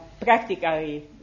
practically